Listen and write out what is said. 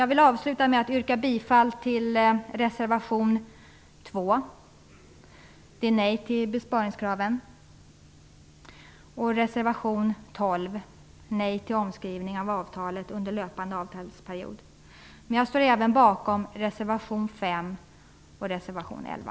Jag vill avsluta med att yrka bifall till reservation 2, som innebär nej till besparingskraven, och reservation 12, som innebär nej till omskrivning av avtalet under löpande avtalsperiod. Men jag står även bakom reservationerna 5 och 11.